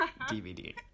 DVD